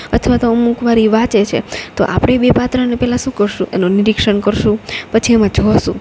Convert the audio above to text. અથવા તો અમુકવાર ઈ વાંચે છે તો આપડે બે પાત્રને પેલા સું કરશું એનો નિરીક્ષણ કરશું પછી એમાં જોશું